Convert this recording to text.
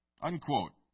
unquote